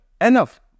enough